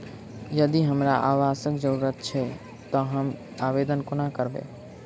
यदि हमरा आवासक जरुरत छैक तऽ हम आवेदन कोना करबै?